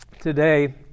today